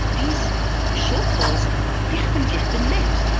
these shortfalls, they haven't yet been met,